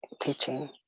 Teaching